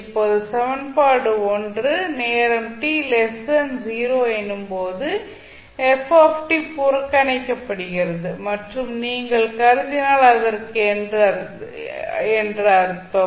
இப்போது சமன்பாடு நேரம் t 0 எனும்போது f புறக்கணிக்கப்படுகிறது என்று நீங்கள் கருதினால் அதற்கு என்று அர்த்தம்